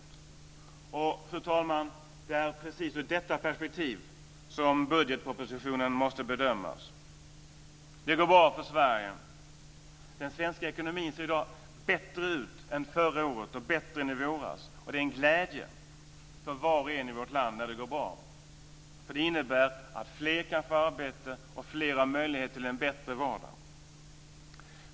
Fru talman! Det är i detta perspektiv som budgetpropositionen måste bedömas. Det går bra för Sverige. Den svenska ekonomin ser i dag bättre ut än förra året och bättre än i våras. Det är en glädje för var och en i vårt land när det går bra, för det innebär att fler kan få arbete och att fler har möjlighet till en bättre vardag.